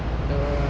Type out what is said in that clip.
err